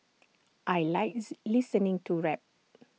I likes listening to rap